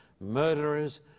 murderers